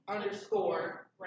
underscore